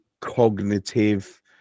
cognitive